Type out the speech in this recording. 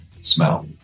smell